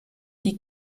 die